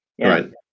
Right